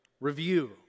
review